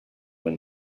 when